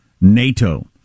NATO